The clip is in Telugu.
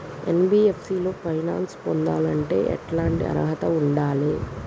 ఎన్.బి.ఎఫ్.సి లో ఫైనాన్స్ పొందాలంటే ఎట్లాంటి అర్హత ఉండాలే?